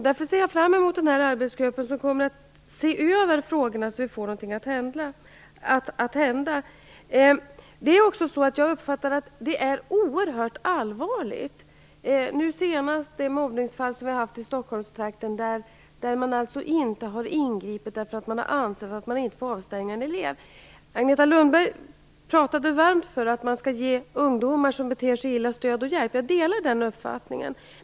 Därför ser jag fram emot arbetsgruppen som kommer att se över frågorna, så att vi kan få någonting att hända. Jag uppfattar att detta är oerhört allvarligt. I ett mobbningsfall i Stockholmstrakten under den senaste tiden ingrep man inte, därför att man inte ansåg att en elev fick avstängas. Agneta Lundberg talade varmt för att man skall ge ungdomar som beter sig illa stöd och hjälp. Jag delar den uppfattningen.